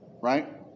right